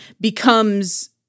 becomes